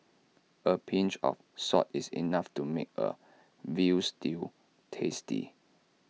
A pinch of salt is enough to make A Veal Stew tasty